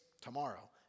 tomorrow